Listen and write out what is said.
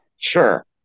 Sure